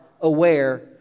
aware